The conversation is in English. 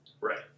Right